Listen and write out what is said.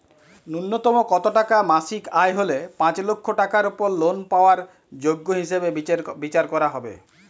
ন্যুনতম কত টাকা মাসিক আয় হলে পাঁচ লক্ষ টাকার উপর লোন পাওয়ার যোগ্য হিসেবে বিচার করা হবে?